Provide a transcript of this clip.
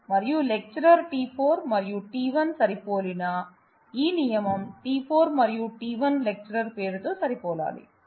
మరియు లెక్చరర్పై t4 మరియు t1 సరిపోలినా ఈ నియమం t4 మరియు t 1 లెక్చరర్ పేరుతో సరిపోలాలి